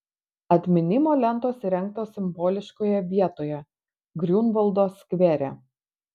atminimo lentos įrengtos simboliškoje vietoje griunvaldo skvere